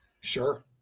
Sure